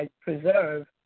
preserve